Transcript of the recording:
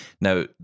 Now